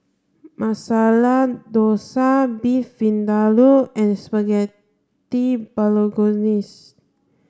Masala Dosa Beef Vindaloo and Spaghetti Bolognese